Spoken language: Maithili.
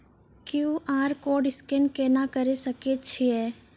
क्यू.आर कोड स्कैन केना करै सकय छियै?